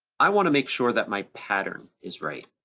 i wanna make sure that my pattern is right.